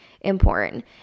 important